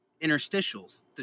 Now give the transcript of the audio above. interstitials